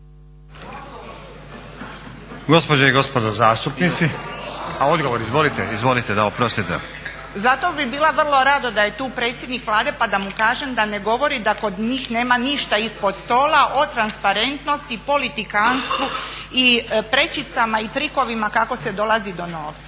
Gospođe i gospodo zastupnici, a odgovor izvolite, da oprostite. **Juričev-Martinčev, Branka (HDZ)** Zato bi bila vrlo rado da je tu predsjednik Vlade pa da mu kažem da ne govori da kod njih nema ništa ispod stola od transparentnosti, politikantstvu i prečicama i trikovima kako se dolazi do novca.